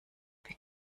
wir